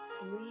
Sleep